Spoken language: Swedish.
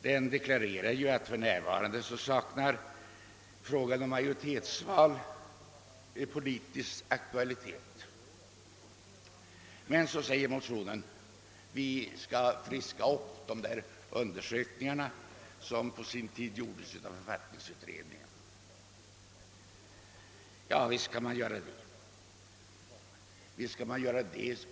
Där deklareras det ju att frågan om majoritetsval för närvarande saknar politisk aktualitet. I motionen framhålles emellertid att vi skall friska upp de hithörande undersökningar som på sin tid gjordes av författningsutredningen. Ja visst kan man göra det.